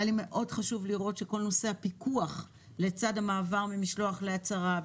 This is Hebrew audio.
היה לי מאוד חשוב לראות שכל נושא הפיקוח לצד המעבר ממשלוח להצהרה,